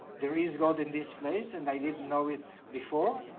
there is god in this place and i didn't know it before.